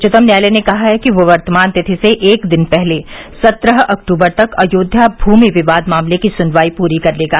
उच्चतम न्यायालय ने कहा है कि वह निर्धारित तिथि से एक दिन पहले सत्रह अक्टूबर तक अयोध्या भूमि विवाद मामले की सुनवाई पूरी कर लेगा